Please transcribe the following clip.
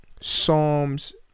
Psalms